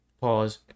Pause